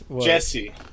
Jesse